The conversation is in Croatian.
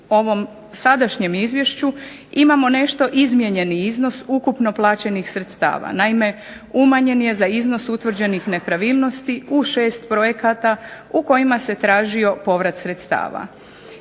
u ovom sadašnjem Izvješću imamo nešto izmijenjeni iznos ukupno plaćenih sredstava. Naime, umanjen je za iznos utvrđenih nepravilnosti u 6 projekata u kojima se tražio povrat sredstava.